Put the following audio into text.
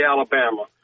Alabama